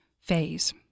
phase